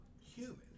human